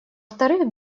вторых